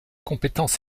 compétence